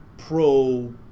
pro